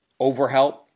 overhelp